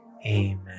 Amen